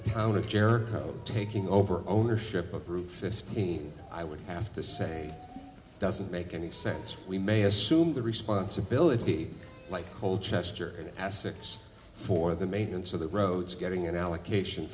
the town of jericho taking over ownership of route fifteen i would have to say doesn't make any sense we may assume the responsibility like old chester in essex for the maintenance of the roads getting an allocation